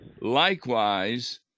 Likewise